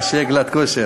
שיהיה גלאט כשר,